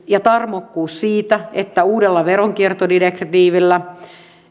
ja tarmokkuudelle siinä että toimitaan uudella veronkiertodirektiivillä